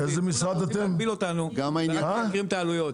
מגביל אותם ורק מעלה את העלויות.